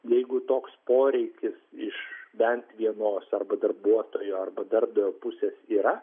jeigu toks poreikis iš bent vienos arba darbuotojo arba darbdavio pusės yra